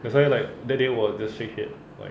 that's why like that day 我 just strict head like